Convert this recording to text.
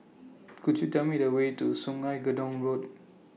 Could YOU Tell Me The Way to Sungei Gedong Road